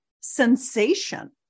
sensation